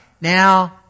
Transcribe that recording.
now